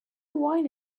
wine